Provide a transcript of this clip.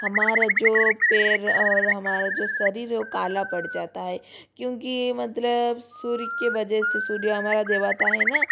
हमारा जो पैर और हमारा जो शरीर है वो काला पड़ जाता है क्योंकि ये मतलब सूर्य के वजह से सूर्य हमारा देवता है ना